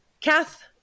Kath